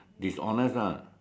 dishonest ah